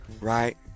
Right